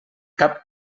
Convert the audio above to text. cap